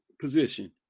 position